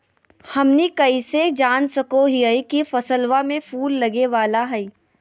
हमनी कइसे जान सको हीयइ की फसलबा में फूल लगे वाला हइ?